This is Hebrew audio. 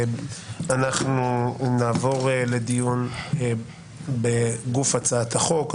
אנחנו נעבור לדיון בגוף הצעת החוק.